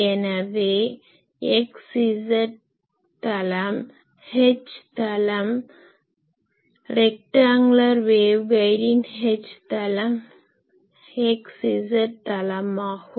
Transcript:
எனவே x z தளம் H தளம் ரெக்டாங்குலர் வேவ் கைடின் H தளம் x z தளமாகும்